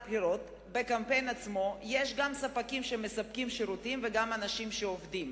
בקמפיין עצמו יש גם ספקים שמספקים שירותים וגם אנשים שעובדים.